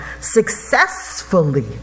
successfully